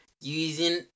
using